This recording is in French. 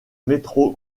métro